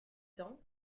temps